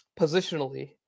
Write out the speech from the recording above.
positionally